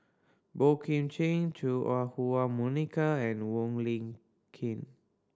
Boey Kim Cheng Chua Ah Huwa Monica and Wong Lin Keen